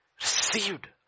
Received